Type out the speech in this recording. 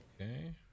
Okay